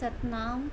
Satnam